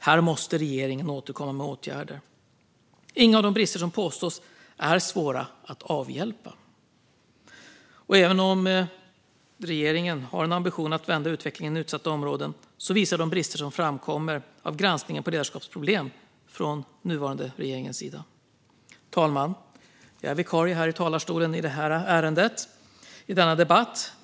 Här måste regeringen återkomma med åtgärder. Inga av de brister som påtalas är svåra att avhjälpa. Även om regeringen har en ambition att vända utvecklingen i utsatta områden visar de brister som framkommer i granskningen på ledarskapsproblem från nuvarande regerings sida. Fru talman! Jag är vikarie här i talarstolen i debatten om detta ärende.